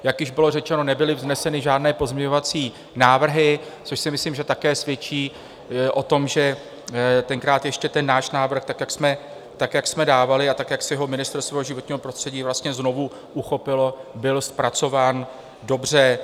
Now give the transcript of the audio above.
Jak již bylo řečeno, nebyly vzneseny žádné pozměňovací návrhy, což si myslím, že také svědčí o tom, že tenkrát ještě ten náš návrh tak, jak jsme ho dávali a jak si ho Ministerstvo životního prostředí znovu uchopilo, byl zpracován dobře.